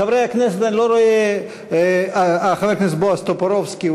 חבר הכנסת בועז טופורובסקי,